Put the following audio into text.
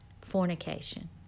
fornication